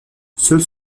seuls